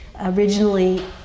Originally